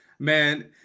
Man